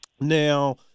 now